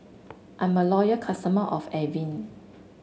I'm a loyal customer of Avene